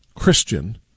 christian